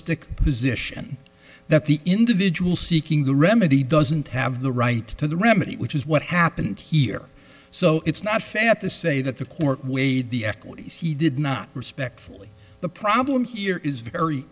stic position that the individual seeking the remedy doesn't have the right to the remedy which is what happened here so it's not fair to say that the court weighed the equities he did not respectfully the problem here is very